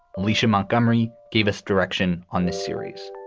alicia montgomery gave us direction on the series.